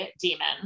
demon